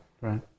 Right